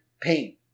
pain